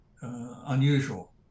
unusual